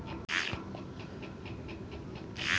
Cash फसल क्या हैं?